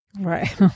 Right